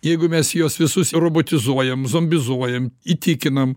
jeigu mes juos visus robotizuojam zombizuojam įtikinam